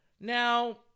Now